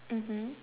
mmhmm